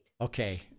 Okay